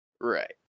right